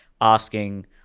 asking